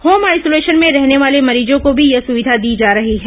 home isolation में रहने वाले मरीजों को भी यह सुविधा दी जा रही है